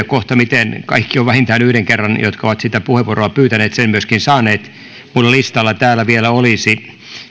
kohtamiten kaikki ovat vähintään yhden kerran jotka ovat sitä puheenvuoroa pyytäneet sen myöskin saaneet minulta täältä listalta vielä